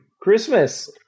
Christmas